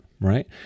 right